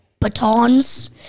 batons